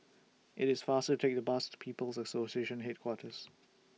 IT IS faster to Take The Bus to People's Association Headquarters